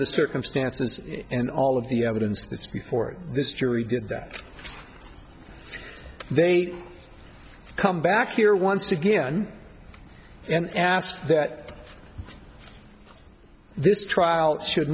the circumstances and all of the evidence that's before this jury did that they come back here once again and asked that this trial should